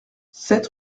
sept